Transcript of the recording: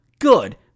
Good